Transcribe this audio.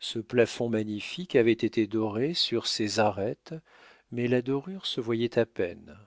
ce plafond magnifique avait été doré sur ses arêtes mais la dorure se voyait à peine